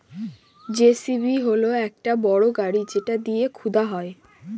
JCB হল একটা বড় গাড়ি যেটা দিয়ে খুদা হয়